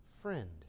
Friend